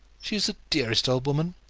she is the dearest old woman.